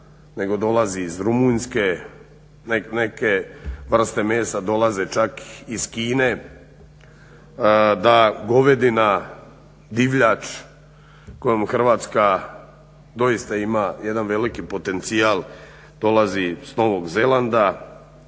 nego dolazi iz Rumunjske, neke vrste mesa dolaze čak iz Kine, da govedina, divljač kojom Hrvatska doista ima jedan veliki potencijal dolazi s Novog Zelanda,